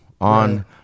on